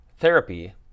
therapy